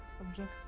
objectives